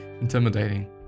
intimidating